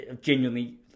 genuinely